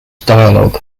dialogue